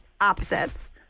opposites